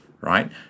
right